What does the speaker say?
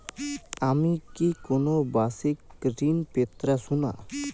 আমি কি কোন বাষিক ঋন পেতরাশুনা?